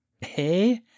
Hey